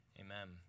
Amen